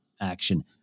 action